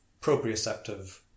proprioceptive